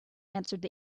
answered